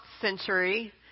century